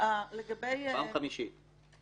בפעם החמישית.